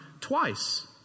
twice